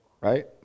right